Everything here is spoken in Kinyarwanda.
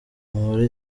muhore